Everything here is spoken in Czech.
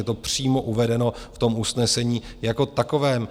Je to přímo uvedeno v tom usnesení jako takovém.